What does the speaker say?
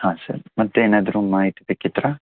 ಹಾಂ ಸರಿ ಮತ್ತೆ ಏನಾದರೂ ಮಾಹಿತಿ ಬೇಕಿತ್ತಾ